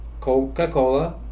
Coca-Cola